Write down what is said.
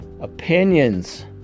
opinions